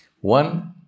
One